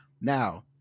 Now